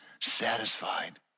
satisfied